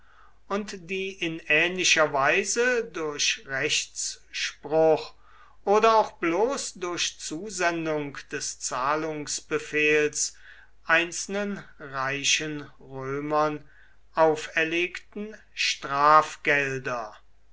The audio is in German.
und die in ähnlicher weise durch rechtsspruch oder auch bloß durch zusendung des zahlungsbefehls einzelnen reichen römern auferlegten strafgelder